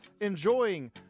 enjoying